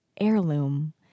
heirloom